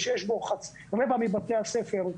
שיש בו רבע מבתי הספר,